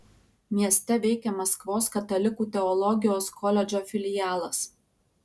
mieste veikia maskvos katalikų teologijos koledžo filialas